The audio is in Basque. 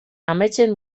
ametsen